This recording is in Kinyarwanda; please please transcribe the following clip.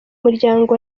muryango